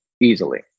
easily